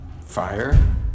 Fire